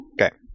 Okay